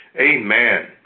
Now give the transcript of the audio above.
Amen